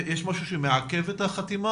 יש משהו שמעכב את החתימה?